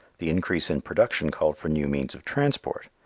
the increase in production called for new means of transport.